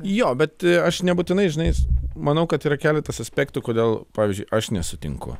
jo bet aš nebūtinai žinai manau kad yra keletas aspektų kodėl pavyzdžiui aš nesutinku